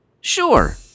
Sure